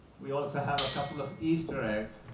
we also have a couple of easter eggs,